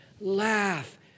laugh